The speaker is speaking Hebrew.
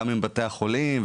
עם בתי החולים,